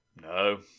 No